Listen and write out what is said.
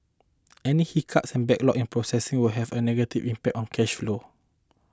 any hiccups and backlog in processing will have a negative impact on cash flow